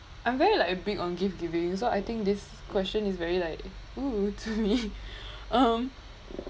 I'm very like big on gift giving so I think this question is very like oo to me um